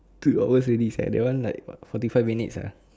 two hours already sia that one like forty five minutes ah